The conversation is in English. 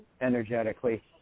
energetically